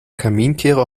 kaminkehrer